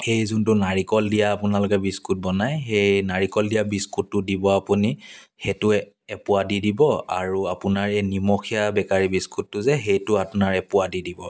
এই যোনটো নাৰিকল দিয়া আপোনালোকে বিস্কুটটো বনাই সেই নাৰিকল দিয়া বিস্কুটটো দিব আপুনি সেইটো এপোৱা দি দিব আৰু আপোনাৰ এই নিমখীয়া বেকাৰী বিস্কুটটো যে সেইটো আপোনাৰ এপোৱা দি দিব